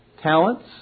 talents